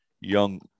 young